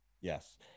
yes